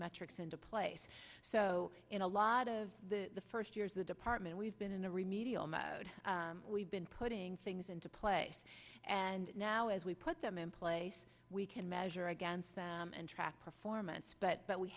metrics into place so in a lot of the first years the department we've been in the remedial math we've been putting things into place and now as we put them in place we can measure against them and track performance but but we